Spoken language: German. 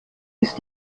ist